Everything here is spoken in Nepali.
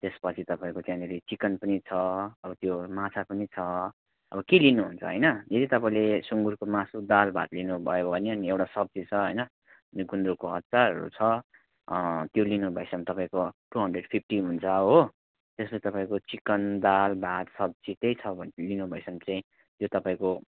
त्यसपछि तपाईँको त्यहाँनेरि चिकन पनि छ अब त्यो माछा पनि छ अब के लिनुहुन्छ होइन यदि तपाईँले सुङ्गुरको मासु दाल भात लिनुभयो भने अनि एउटा सब्जी छ होइन त्यो गुन्द्रुकको अचार छ त्यो लिनु भएछ भने तपाईँको टु हन्ड्रेड फिफ्टी हुन्छ हो त्यसमा तपाईँको चिकन दाल भात सब्जी केही छ भने लिनु भएछ भने चाहिँ त्यो तपाईँको